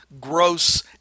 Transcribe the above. gross